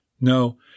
No